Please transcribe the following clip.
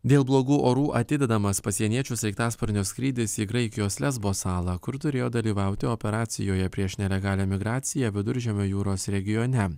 dėl blogų orų atidedamas pasieniečių sraigtasparnio skrydis į graikijos lesbo salą kur turėjo dalyvauti operacijoje prieš nelegalią migraciją viduržemio jūros regione